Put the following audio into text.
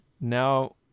now